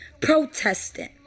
protesting